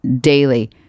daily